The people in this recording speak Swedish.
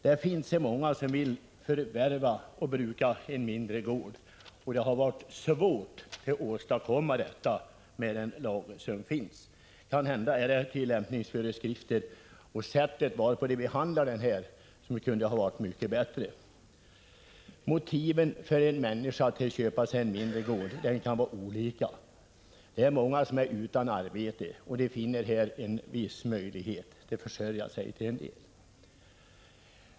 Det finns många som vill förvärva och bruka en mindre gård, men det har varit svårt att åstadkomma med den lagstiftning som nu finns. Kanhända kunde tillämpningsföreskrifterna och sättet varpå dessa frågor har behandlats ha varit något bättre. Motiven för en människa att köpa sig en mindre gård kan vara olika. Många som är utan arbete finner här en viss möjlighet att försörja sig.